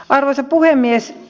arvoisa puhemies